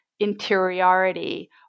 interiority